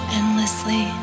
endlessly